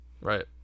Right